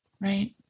Right